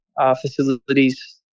facilities